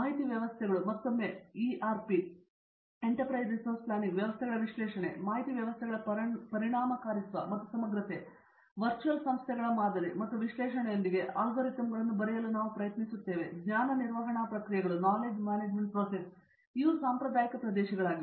ಮಾಹಿತಿ ವ್ಯವಸ್ಥೆಗಳು ಮತ್ತೊಮ್ಮೆ ERP ವ್ಯವಸ್ಥೆಗಳ ವಿಶ್ಲೇಷಣೆ ಮಾಹಿತಿ ವ್ಯವಸ್ಥೆಗಳ ಪರಿಣಾಮಕಾರಿತ್ವ ಮತ್ತು ಸಮಗ್ರತೆ ವರ್ಚುಯಲ್ ಸಂಸ್ಥೆಗಳ ಮಾದರಿ ಮತ್ತು ವಿಶ್ಲೇಷಣೆಯೊಂದಿಗೆ ಅಲ್ಗೊರಿದಮ್ಗಳನ್ನು ಬರೆಯಲು ನಾವು ಪ್ರಯತ್ನಿಸುತ್ತಿದ್ದೇವೆ ಜ್ಞಾನ ನಿರ್ವಹಣಾ ಪ್ರಕ್ರಿಯೆಗಳು ಇವು ಸಾಂಪ್ರದಾಯಿಕ ಪ್ರದೇಶಗಳಾಗಿವೆ